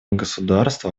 государства